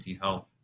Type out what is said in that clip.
Health